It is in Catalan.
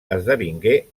esdevingué